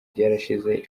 byarashize